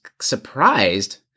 surprised